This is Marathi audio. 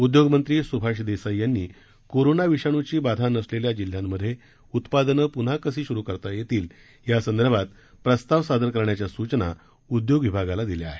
उद्योग मंत्री सुभाष देसाई यांनी कोरोना विषाणूची बाधा नसलेल्या जिल्ह्यांमधे उत्पादनं पुन्हा कसे सुरू करता येतील या संदर्भात प्रस्ताव सादर करण्याच्या सूचना उद्योग विभागाला दिल्या आहेत